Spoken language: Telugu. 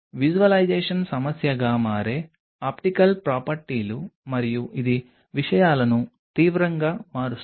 విజువలైజేషన్ సమస్యగా మారే ఆప్టికల్ ప్రాపర్టీలు మరియు ఇది విషయాలను తీవ్రంగా మారుస్తుంది